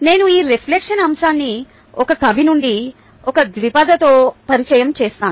నేను ఈ రిఫ్లెక్షన్ అంశాన్ని ఒక కవి నుండి ఒక ద్విపదతో పరిచయం చేస్తాను